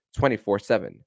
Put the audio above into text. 24-7